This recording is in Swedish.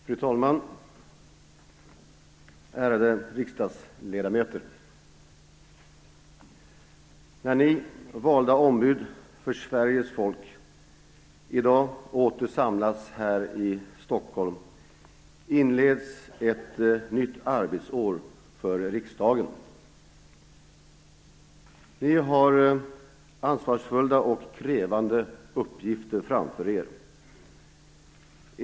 Fru talman! Ärade riksdagsledamöter! När Ni, valda ombud för Sveriges folk, i dag åter samlas här i Stockholm, inleds ett nytt arbetsår för riksdagen. Ni har ansvarsfyllda och krävande uppgifter framför Er.